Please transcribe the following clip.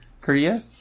Korea